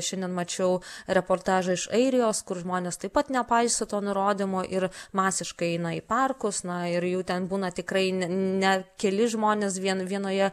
šiandien mačiau reportažą iš airijos kur žmonės taip pat nepaiso to nurodymo ir masiškai eina į parkus na ir jų ten būna tikrai ne keli žmonės vien vienoje